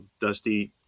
dusty